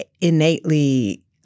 innately